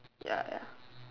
ya ya